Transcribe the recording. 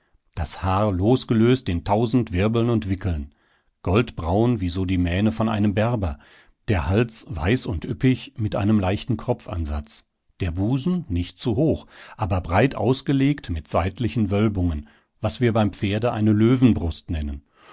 das haar losgelöst in tausend wirbeln und wickeln goldbraun wie so die mähne von einem berber der hals weiß und üppig mit einem leichten kropfansatz der busen nicht zu hoch aber breit ausgelegt mit seitlichen wölbungen was wir beim pferde eine löwenbrust nennen